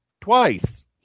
twice